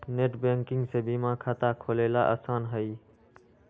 net banking से बीमा खाता खोलेला आसान हई